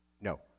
No